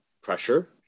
pressure